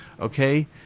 Okay